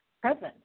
present